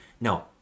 no